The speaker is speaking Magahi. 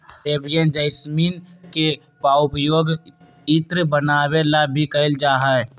अरेबियन जैसमिन के पउपयोग इत्र बनावे ला भी कइल जाहई